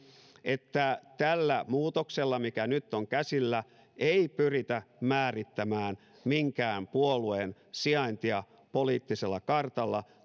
että tällä muutoksella mikä nyt on käsillä ei pyritä määrittämään minkään puolueen sijaintia poliittisella kartalla